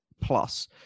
plus